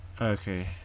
Okay